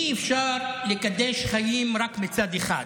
אי-אפשר לקדש חיים רק מצד אחד.